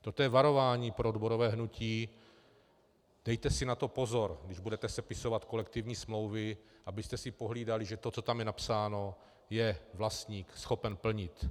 Toto je varování pro odborové hnutí: dejte si na to pozor, když budete sepisovat kolektivní smlouvy, abyste si pohlídali, že to, co je tam napsáno, je vlastník schopen plnit.